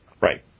right